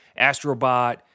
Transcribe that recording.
Astrobot